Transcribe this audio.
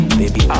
baby